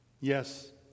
Yes